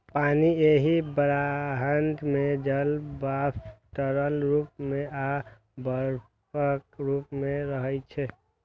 पानि एहि ब्रह्मांड मे जल वाष्प, तरल रूप मे आ बर्फक रूप मे रहै छै